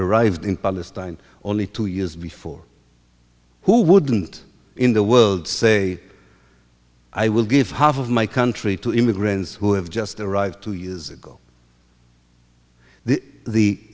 arrived in palestine only two years before who wouldn't in the world say i will give half of my country to immigrants who have just arrived two years ago the